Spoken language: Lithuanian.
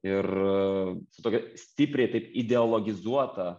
ir su tokia stipriai taip ideologizuota